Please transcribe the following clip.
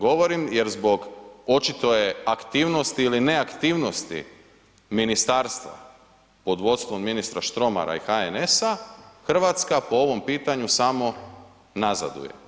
Govorim jer zbog očito je aktivnost ili ne aktivnosti ministarstva pod vodstvom ministra Štromara i HNS-a Hrvatska po ovom pitanju samo nazaduje.